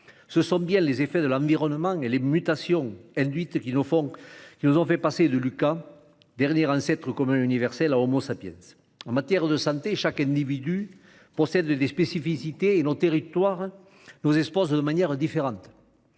Ce sont bien les effets de l'environnement et les mutations induites qui nous ont fait passer de Luca, dernier ancêtre commun universel, à. En matière de santé, chaque individu possède des spécificités et nos territoires nous exposent de manière différente.